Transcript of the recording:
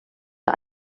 der